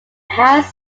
house